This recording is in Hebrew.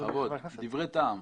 דברי טעם.